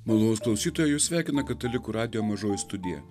malonūs klausytojai jus sveikina katalikų radijo mažoji studija